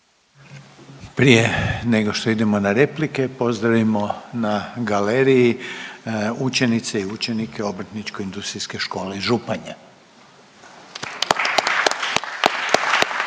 Prije nego što idemo na replike pozdravimo na galeriji učenice i učenike Obrtničko-industrijske škole iz Županje.